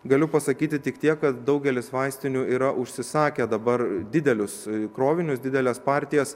galiu pasakyti tik tiek kad daugelis vaistinių yra užsisakę dabar didelius krovinius dideles partijas